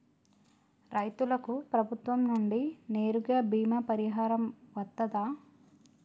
రైతులకు ప్రభుత్వం నుండి నేరుగా బీమా పరిహారం వత్తదా?